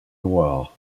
noir